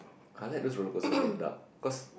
I like those rollercoasters in the dark cause